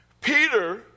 Peter